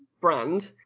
brand